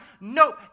nope